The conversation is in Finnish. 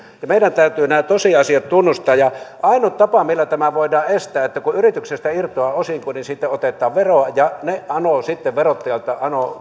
meidän täytyy nämä tosiasiat tunnustaa ja ainut tapa millä tämä voidaan estää on että kun yrityksestä irtoaa osinko niin siitä otetaan veroa ja ne anovat sitten verottajalta